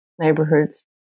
neighborhoods